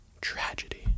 Tragedy